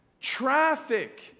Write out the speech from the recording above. traffic